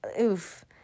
oof